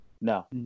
No